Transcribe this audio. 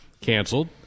canceled